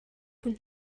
хүн